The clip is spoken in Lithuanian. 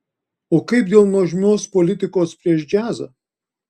o kaip dėl tos nuožmios politikos prieš džiazą